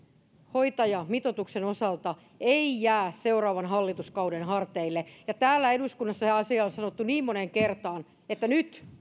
hoitajamitoituksen osalta ei jää seuraavan hallituskauden harteille ja täällä eduskunnassa asia on sanottu niin moneen kertaan että nyt